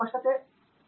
Tangirala true